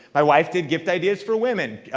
my wife did gift ideas for women.